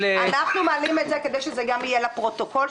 אנחנו מעלים את זה כדי שזה גם יירשם בפרוטוקול,